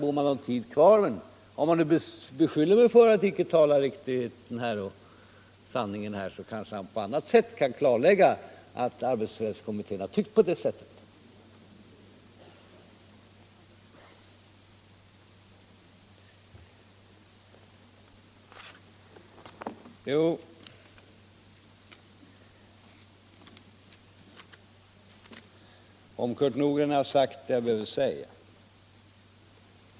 Om herr Bohman beskyller mig för att inte tala sanning, så kanske han — om han inte har någon replik kvar — i något annat sammanhang kan klarlägga att arbetsrättskommittén har skrivit det han påstår. Om Kurt Nordgren har jag sagt det jag behöver säga.